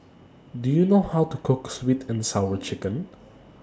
Do YOU know How to Cook Sweet and Sour Chicken